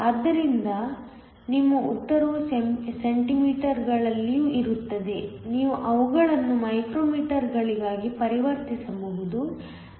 ಆದ್ದರಿಂದ ನಿಮ್ಮ ಉತ್ತರವು ಸೆಂಟಿಮೀಟರ್ಗಳಲ್ಲಿಯೂ ಇರುತ್ತದೆ ನೀವು ಅವುಗಳನ್ನು ಮೈಕ್ರೋ ಮೀಟರ್ಗಳಾಗಿ ಪರಿವರ್ತಿಸಬಹುದು